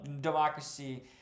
democracy